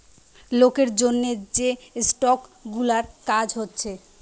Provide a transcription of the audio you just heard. লোকের জন্যে যে স্টক গুলার কাজ হচ্ছে